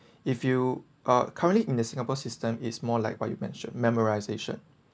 if you are currently in the singapore system is more like what you mention memorisation